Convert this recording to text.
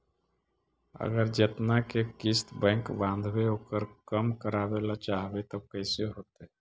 अगर जेतना के किस्त बैक बाँधबे ओकर कम करावे ल चाहबै तब कैसे होतै?